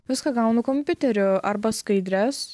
viską gaunu kompiuteriu arba skaidres